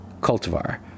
cultivar